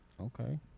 Okay